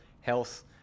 health